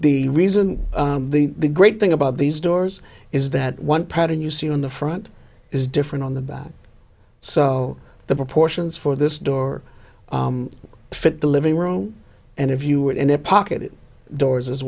the reason the the great thing about these doors is that one pattern you see on the front is different on the back so the proportions for this door fit the living room and if you are in a pocket it doors as